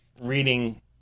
reading